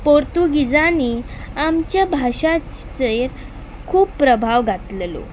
पोर्तुगेजांनी आमचे भाशे चेर खूब प्रभाव घातिल्लो